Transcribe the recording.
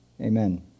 amen